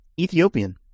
Ethiopian